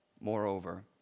Moreover